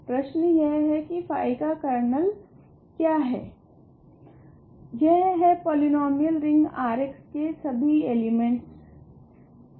तो प्रश्न यह है की फाई का कर्नल क्या है यह है पॉलीनोमीयल रिंग R के सभी एलिमेंटस है